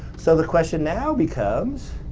so, the question now becomes,